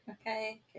Okay